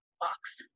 box